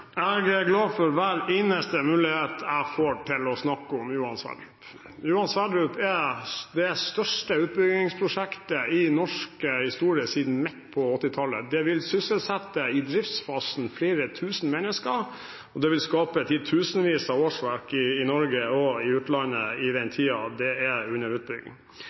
Jeg er glad for hver eneste mulighet jeg får til å snakke om Johan Sverdrup. Johan Sverdrup er det største utbyggingsprosjektet i norsk historie siden midten av 1980-tallet. Det vil i driftsfasen sysselsette flere tusen mennesker, og det vil skape titusenvis av årsverk i Norge og i utlandet i den tiden det er under utbygging.